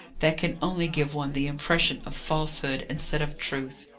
that can only give one the impression of falsehood, instead of truth.